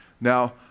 Now